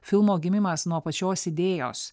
filmo gimimas nuo pačios idėjos